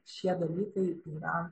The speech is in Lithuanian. šie dalykai yra